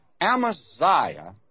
Amaziah